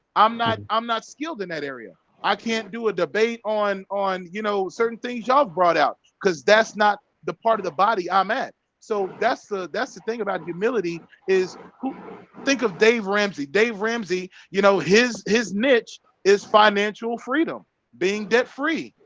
i'm not i'm not skilled in that area i can't do a debate on on you know certain things y'all brought out because that's not the part of the body i met so that's the that's the thing about humility is who think of dave ramsey dave ramsey, you know his his niche is financial freedom being debt-free.